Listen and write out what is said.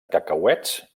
cacauets